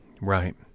Right